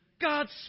God's